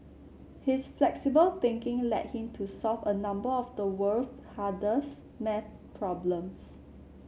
his flexible thinking led him to solve a number of the world's hardest maths problems